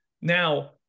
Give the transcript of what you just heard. Now